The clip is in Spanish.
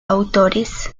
autores